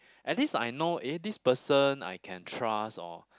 at least I know eh this person I can trust or